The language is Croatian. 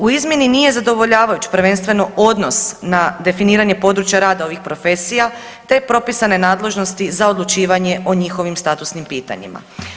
U izmjeni nije zadovoljavajući prvenstveno odnos na definiranje područja rada ovih profesija te propisane nadležnosti za odlučivanje o njihovim statusnim pitanjima.